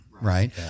right